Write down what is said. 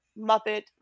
Muppet